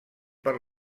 per